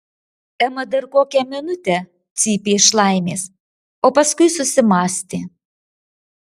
ema dar kokią minutę cypė iš laimės o paskui susimąstė